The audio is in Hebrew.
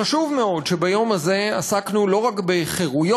חשוב מאוד שביום הזה עסקנו לא רק בחירויות,